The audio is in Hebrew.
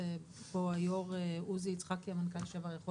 ופה היו"ר עוזי יצחקי המנכ"ל לשעבר יכול